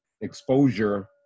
exposure